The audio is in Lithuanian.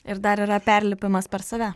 ir dar yra perlipimas per save